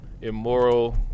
immoral